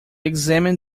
examined